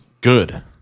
good